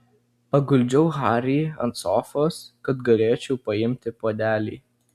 paguldžiau harį ant sofos kad galėčiau paimti puodelį